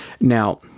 Now